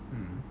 mm